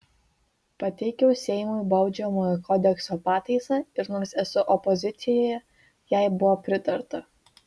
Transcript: pateikiau seimui baudžiamojo kodekso pataisą ir nors esu opozicijoje jai buvo pritarta